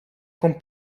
con